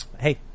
Hey